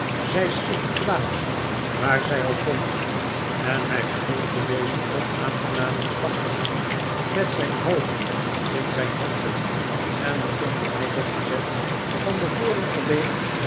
zij sticht kwaad waar zij ook komt en hij vervolgde dezen onaangenamen gedachtengang met zijn hoofd in zijn handen en de pumpernickel gazette van de vorige week